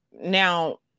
now